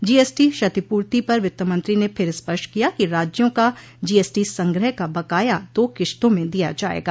GST क्षतिपूर्ति पर वित्तमंत्री ने फिर स्पष्ट किया कि राज्यों का जीएसटो संग्रह का बकाया दो किश्तों में दिया जाएगा